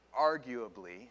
arguably